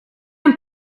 een